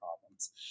problems